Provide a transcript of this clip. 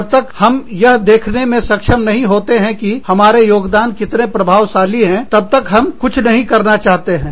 जब तक हम यह देखने में सक्षम नहीं होते हैं कि हमारे योगदान कितने प्रभावशाली हैं तब तक हम कुछ नहीं करना चाहते हैं